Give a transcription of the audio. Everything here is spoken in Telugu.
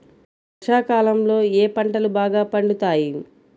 వర్షాకాలంలో ఏ పంటలు బాగా పండుతాయి?